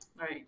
Right